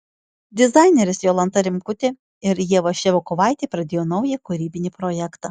dizainerės jolanta rimkutė ir ieva ševiakovaitė pradėjo naują kūrybinį projektą